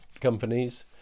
companies